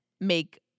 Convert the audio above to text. make